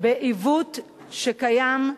בעיוות שקיים,